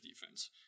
defense